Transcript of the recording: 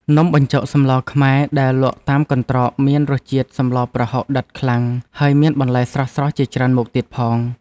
នំបញ្ចុកសម្លខ្មែរដែលលក់តាមកន្ត្រកមានរសជាតិសម្លប្រហុកដិតខ្លាំងហើយមានបន្លែស្រស់ៗជាច្រើនមុខទៀតផង។